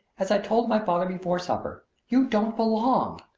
as i told my father before supper, you don't belong!